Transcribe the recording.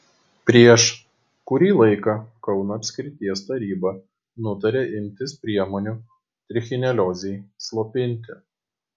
prieš kurį laiką kauno apskrities taryba nutarė imtis priemonių trichineliozei slopinti